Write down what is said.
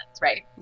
right